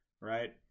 Right